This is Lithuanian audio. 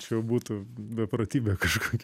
čia jau būtų beprotybė kažkokia